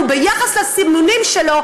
וביחס לסימונים שלו,